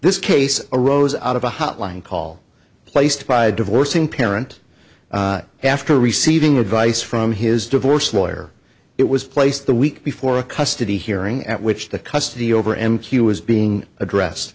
this case arose out of a hotline call placed by a divorcing parent after receiving advice from his divorce lawyer it was placed the week before a custody hearing at which the custody over m q was being address